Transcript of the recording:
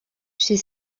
chez